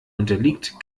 unterliegt